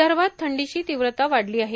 विदर्भात थंडीची तीव्रता वाढली आहे